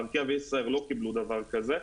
ארקיע וישראייר לא קיבלו דבר כזה,